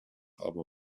aber